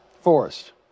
Forest